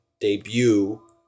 Debut